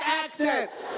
accents